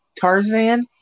Tarzan